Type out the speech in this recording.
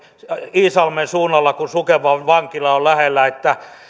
iisalmen suunnalla kun sukevan vankila on lähellä